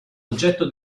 oggetto